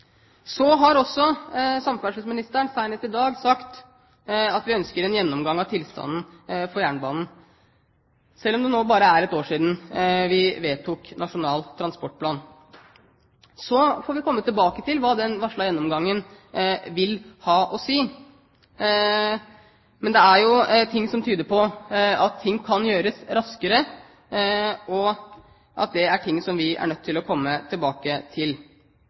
har senest i dag sagt at vi ønsker en gjennomgang av tilstanden på jernbanen, selv om det bare er et år siden vi vedtok Nasjonal transportplan. Så får vi komme tilbake til hva den varslede gjennomgangen vil ha å si. Men det er ting som tyder på at ting kan gjøres raskere, og det er noe som vi er nødt til å komme tilbake til.